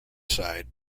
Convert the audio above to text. side